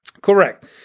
Correct